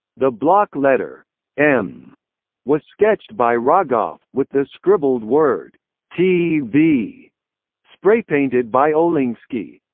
the block letter m was sketched by rogoff, with the scribbled word tv spraypainted by olinksky.